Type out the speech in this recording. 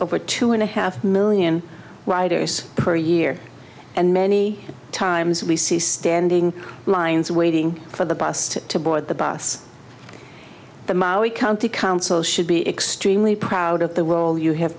over two and a half million riders per year and many times we see standing lines waiting for the bus to to board the bus the maui county council should be extremely proud of the world you have